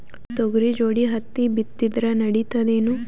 ತೊಗರಿ ಜೋಡಿ ಹತ್ತಿ ಬಿತ್ತಿದ್ರ ನಡಿತದೇನು?